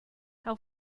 how